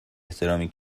احترامی